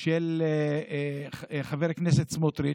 של חבר הכנסת סמוטריץ',